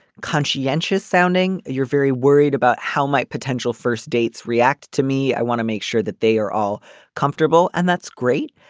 conscientious sounding you're very worried about how my potential first dates react to me. i want to make sure that they are all comfortable. and that's great.